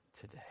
today